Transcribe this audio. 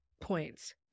points